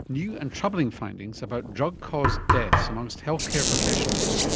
new and troubling findings about drug caused deaths amongst healthcare professionals.